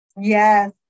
Yes